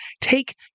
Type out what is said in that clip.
take